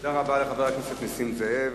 תודה רבה לחבר הכנסת נסים זאב.